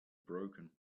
broken